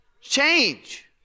Change